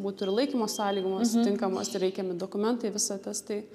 būtų ir laikymo sąlygos tinkamos ir reikiami dokumentai visa tas tai